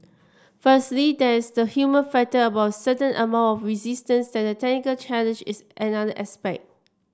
firstly there is the human factor about a certain amount of resistance and the technical challenge is another aspect